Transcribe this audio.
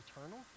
eternal